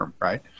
Right